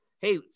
Hey